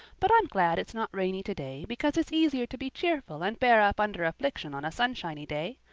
but i'm glad it's not rainy today because it's easier to be cheerful and bear up under affliction on a sunshiny day.